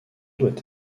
doit